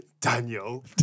Daniel